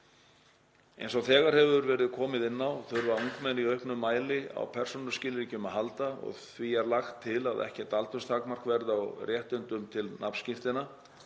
Eins og þegar hefur verið komið inn á þurfa ungmenni í auknum mæli á persónuskilríkjum að halda og er því lagt til að ekkert aldurstakmark verði á réttinum til nafnskírteina.